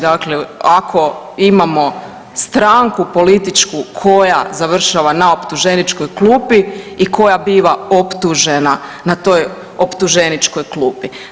Dakle, ako imamo stranku političku koja završava na optuženičkoj klupi i koja biva optužena na toj optuženičkoj klupi.